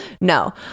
No